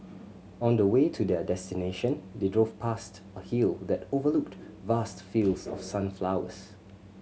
on the way to their destination they drove past a hill that overlooked vast fields of sunflowers